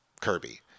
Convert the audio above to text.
Kirby